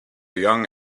young